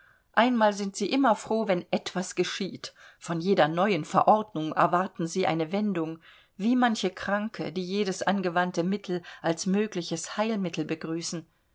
einmal sind sie immer froh wenn etwas geschieht von jeder neuen verordnung erwarten sie eine wendung wie manche kranke die jedes angewandte mittel als mögliches heilmittel begrüßen